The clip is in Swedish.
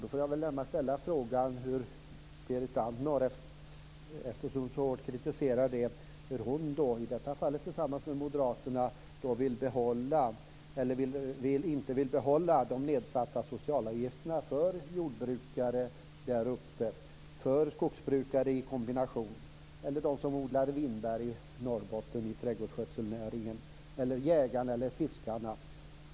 Eftersom Berit Andnor så hårt kritiserar det vill jag fråga varför hon, i detta fall tillsammans med moderaterna, inte vill behålla de nedsatta socialavgifterna för jordbrukare där uppe. De gäller skogsbrukare, de som odlar vinbär i trädgårdsskötselnäringen i Norrbotten, jägarna eller fiskarna.